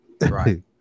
Right